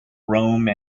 rome